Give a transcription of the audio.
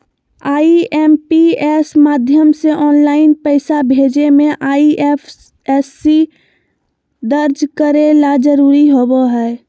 IMPS माध्यम से online पैसा भेजे मे आई.एफ.एस.सी दर्ज करे ला जरूरी होबो हय